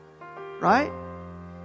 Right